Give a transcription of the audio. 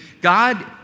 God